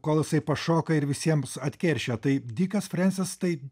kol jisai pašoka ir visiems atkeršija tai dikas frensis tai